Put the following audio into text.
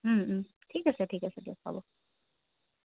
ঠিক আছে ঠিক আছে দিয়ক হ'ব